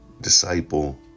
Disciple